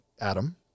Adam